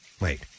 Wait